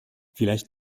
vielleicht